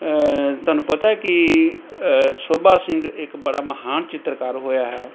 ਤੁਹਾਨੂੰ ਪਤਾ ਕਿ ਸ਼ੋਭਾ ਸਿੰਘ ਇੱਕ ਬੜਾ ਮਹਾਨ ਚਿੱਤਰਕਾਰ ਹੋਇਆ ਹੈ